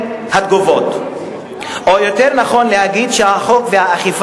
ויש כמה וכמה הצעות חוק של כמה חברי כנסת בנושאים הללו.